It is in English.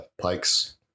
Pike's